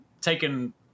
taken